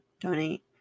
Donate